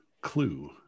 clue